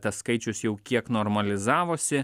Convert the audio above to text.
tas skaičius jau kiek normalizavosi